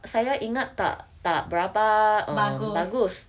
saya ingat tak tak berapa err bagus